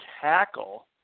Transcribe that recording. tackle